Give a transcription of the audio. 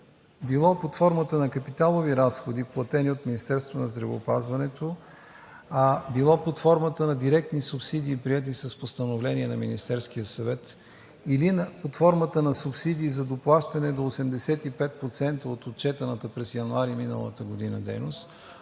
било под формата на капиталови разходи, платени от Министерството на здравеопазването, било под формата на директни субсидии, приети с постановление на Министерския съвет, или под формата на субсидии за доплащане, до 85% от отчетената през януари миналата година дейност.